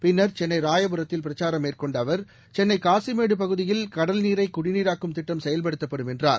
பின்னர் சென்னைராயபுரத்தில் பிரச்சாரம் மேற்கொண்டஅவர் சென்னைகாசிமேடுபகுதியில் கடல்நீரைகுடிநீராக்கும் திட்டம் செயல்படுத்தப்படும் என்றார்